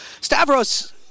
Stavros